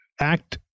act